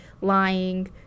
lying